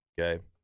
Okay